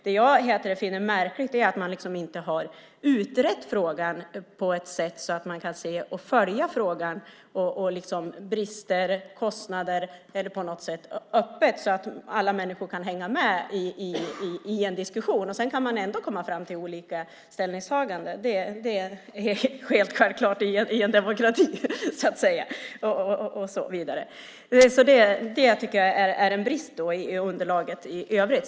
Det jag finner märkligt är att man inte har utrett frågan på ett sådant sätt att man kan följa den och se på brister, kostnader eller annat öppet, så att alla människor kan hänga med i en diskussion. Sedan kan man ändå komma fram till olika ställningstaganden. Det är helt självklart i en demokrati. Det tycker jag är en brist i underlaget i övrigt.